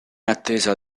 attesa